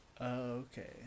okay